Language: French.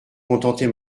contenter